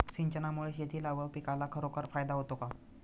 सिंचनामुळे शेतीला व पिकाला खरोखर फायदा होतो का?